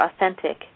authentic